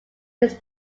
his